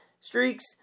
streaks